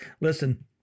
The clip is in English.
Listen